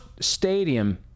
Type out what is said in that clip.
stadium